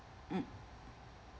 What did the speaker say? mm